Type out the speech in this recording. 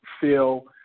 phil